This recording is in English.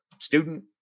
student